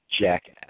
jackass